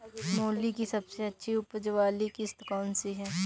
मूली की सबसे अच्छी उपज वाली किश्त कौन सी है?